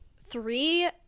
three